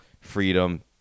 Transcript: freedom